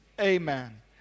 amen